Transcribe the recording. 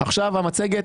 בעולם שבו צריכה